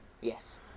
Yes